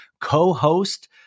co-host